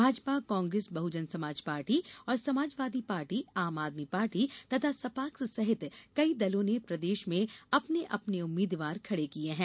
Bhajpa Congress Bahujan Samaj party और Samajwadi party Aam Aadmi party तथा सपाक्स सहित कई दलों ने प्रदेश में अपने अपने उम्मीदवार खड़े किए हैं